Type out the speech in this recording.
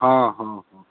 ହଁ ହଁ ହଁ